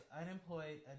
unemployed